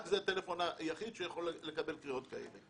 זה הטלפון היחיד שיכול לקבל קריאות כאלה.